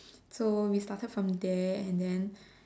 so we started from there and then